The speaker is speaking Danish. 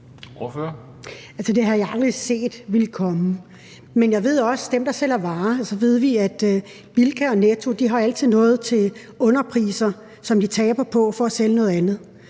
Det havde jeg aldrig set komme. Men vi ved, at dem, der sælger varer – Bilka og Netto – altid har noget til underpriser, som de taber på for at sælge noget andet.